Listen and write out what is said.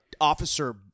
Officer